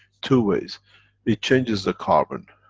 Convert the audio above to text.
two ways it changes the carbon,